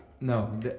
no